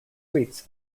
suites